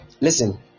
Listen